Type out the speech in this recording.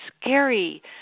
scary